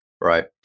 right